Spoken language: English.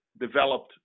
developed